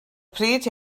pryd